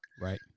right